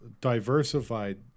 diversified